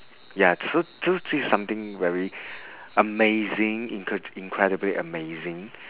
ya so so this is something very amazing incre~ incredibly amazing